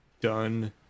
done